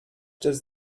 does